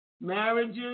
marriages